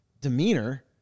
demeanor